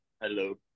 Hello